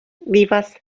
vivas